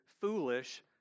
foolish